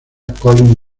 collin